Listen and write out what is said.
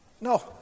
No